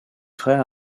frères